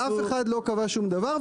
אף אחד לא קבע שום דבר,